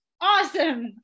awesome